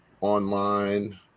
online